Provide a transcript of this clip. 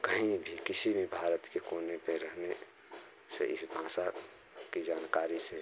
कहीं भी किसी भी भारत के कोने में रहने से इस भाषा की जानकारी से